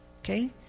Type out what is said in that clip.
Okay